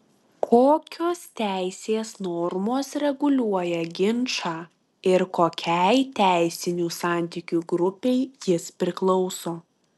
kokios teisės normos reguliuoja ginčą ir kokiai teisinių santykių grupei jis priklauso